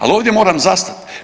Ali ovdje moram zastati.